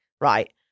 right